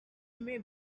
may